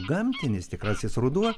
gamtinis tikrasis ruduo